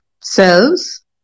cells